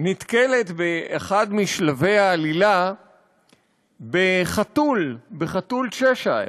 נתקלת באחד משלבי העלילה בחתול צ'שייר.